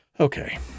Okay